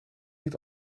niet